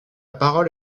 parole